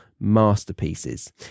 masterpieces